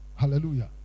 Hallelujah